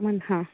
ହଁ